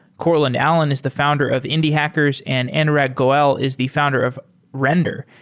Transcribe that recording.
courtland allen is the founder of indie hackers and anurag goel is the founder of render,